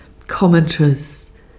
commenters